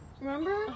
Remember